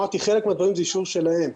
אמרתי, חלק מהדברים זה אישור שלהם.